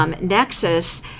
nexus